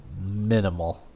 minimal